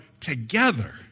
together